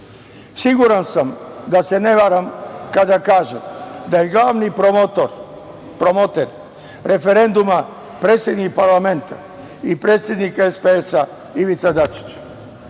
Siguran sam da se ne varam kada kažem, da je glavni promoter referenduma predsednik parlamenta i predsednik SPS Ivica Dačić,